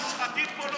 המושחתים פה,